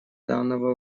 данного